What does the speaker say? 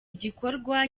gikorwa